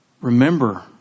Remember